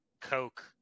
Coke